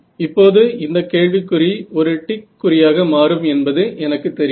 இப்போது இந்த கேள்விக்குறி ஒரு டிக் குறியாக மாறும் என்பது எனக்கு தெரியும்